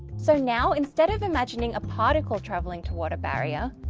so now instead of imagining a particle traveling toward a barrier,